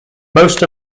most